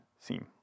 seem